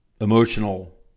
emotional